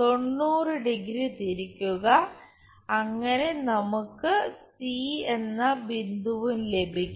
90 degree 90° തിരിക്കുക അങ്ങനെ നമുക്ക് എന്ന ബിന്ദുവും ലഭിക്കും